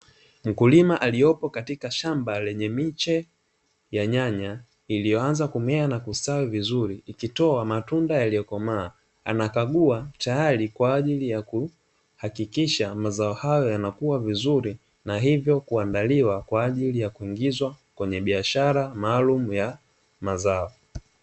Mkulima aliyopo katisha shamba lenye miche ya nyanya iliyoanza kumea na kustawi vizuri ikitoa matunda yaliyokomaa, anakagua tayari kwa ajili ya kuhakikisha mazao hayo yanakuwa vizuri, na hivyo kuandaliwa kwa ajili ya kuingizwa kwenye biashara maalumu ya mazao.